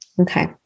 Okay